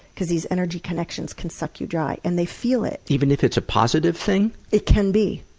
because these energy connections can suck you dry, and they feel it. even if it's a positive thing? it can be,